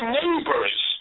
neighbors